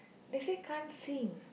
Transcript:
they say can't sing